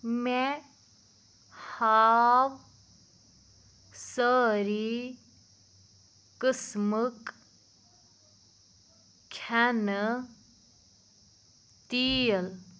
مےٚ ہاو سٲری قٕسمٕک کھٮ۪نہٕ تیٖل